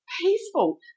peaceful